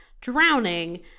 drowning